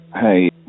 hey